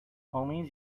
homies